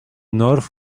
north